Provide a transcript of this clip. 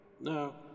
No